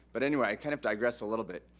but anyway, i kind of digressed a little bit.